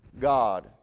God